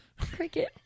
Cricket